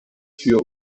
für